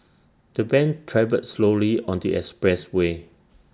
the van travelled slowly on the expressway